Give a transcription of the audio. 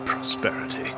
Prosperity